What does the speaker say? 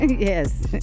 Yes